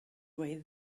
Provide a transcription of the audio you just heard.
way